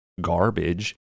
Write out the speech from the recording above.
garbage